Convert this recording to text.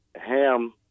Ham